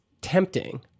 tempting